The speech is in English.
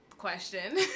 question